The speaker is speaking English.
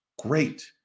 Great